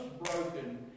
broken